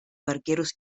barqueros